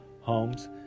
homes